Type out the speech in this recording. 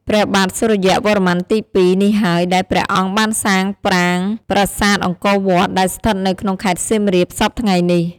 ព្រះបាទសូរ្យវរ្ម័នទី២ នេះហើយ ដែលព្រះអង្គបានសាងប្រាង្គប្រាសាទអង្គរវត្ត ដែលស្ថិតនៅក្នុងខេត្តសៀមរាប សព្វថ្ងៃនេះ។